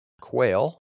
quail